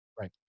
Right